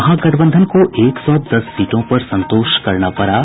महागठबंधन को एक सौ दस सीटों पर संतोष करना पड़ा